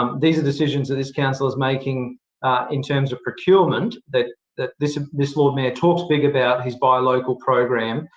um these are decisions that this council is making in terms of procurement, that that this this lord mayor talks big about his buy local program,